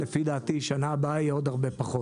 לפי דעתי בשנה הבאה יהיה עוד הרבה פחות.